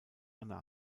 anna